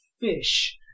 fish